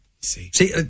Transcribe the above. See